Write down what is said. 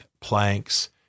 planks